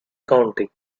county